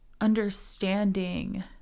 understanding